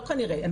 לא כנראה..